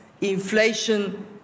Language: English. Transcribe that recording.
inflation